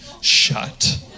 shut